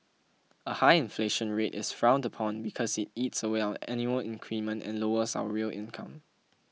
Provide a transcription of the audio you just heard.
a high inflation rate is frowned upon because it eats away our annual increment and lowers our real income